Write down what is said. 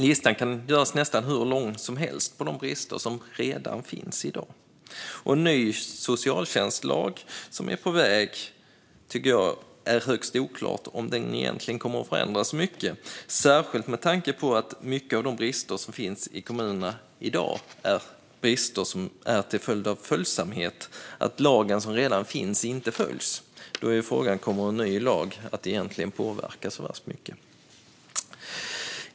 Listan över de brister som redan finns i dag kan göras nästan hur lång som helst. En ny socialtjänstlag är på väg, och det är högst oklart om den kommer att förändra så mycket, särskilt med tanke på att många av de brister som finns i kommunerna i dag finns på grund av brist på följsamhet. Den lag som redan finns följs inte. Frågan är om en ny lag kommer att påverka särskilt mycket.